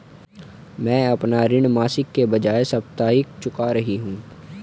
मैं अपना ऋण मासिक के बजाय साप्ताहिक चुका रही हूँ